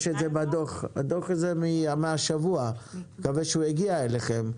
הדו"ח הזה מהשבוע, אני מקווה שהוא הגיע אליכם.